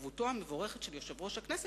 בהתערבותו המבורכת של יושב-ראש הכנסת,